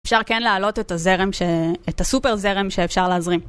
אפשר כן להעלות את הזרם, את הסופר זרם שאפשר להזרים.